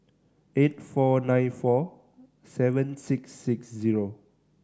eight four nine four seven six six zero